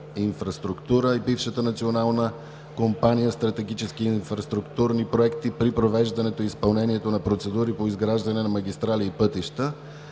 инфраструктура“ и бившата Национална компания „Стратегически инфраструктурни проекти“ при провеждането и изпълнението на процедура по изграждане на магистрали и пътища.